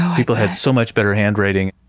people had so much better handwriting.